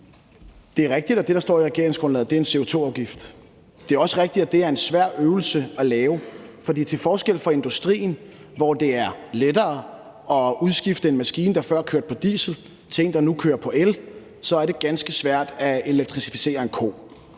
Det er rigtigt, at det, der står i regeringsgrundlaget, er en CO2-afgift. Det er også rigtigt, at det er en svær øvelse at lave, for til forskel fra industrien, hvor det er lettere at udskifte en maskine, der før kørte på diesel, med en, der nu kører på el, så er det ganske svært at elektrificere en ko.